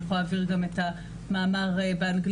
אני יכולה להעביר את המאמר באנגלית,